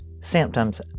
symptoms